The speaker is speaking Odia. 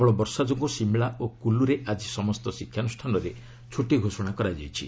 ପ୍ରବଳ ବର୍ଷା ଯୋଗୁଁ ସିମ୍ଲା ଓ କୁଲୁରେ ଆଜି ସମସ୍ତ ଶିକ୍ଷାନୁଷ୍ଠାନରେ ଛୁଟି ଘୋଷଣା କରାଯାଇଛି